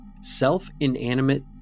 self-inanimate